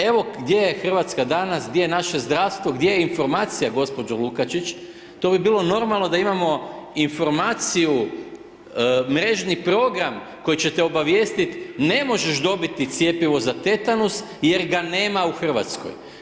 Evo gdje je Hrvatska danas, gdje je naše zdravstvo, gdje je informacija gospođo Lukačić to bi bilo normalno da imamo informaciju, mrežni program koji će te obavijestit ne možeš dobiti cjepivo za tetanus jer ga nema u Hrvatskoj.